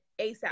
ASAP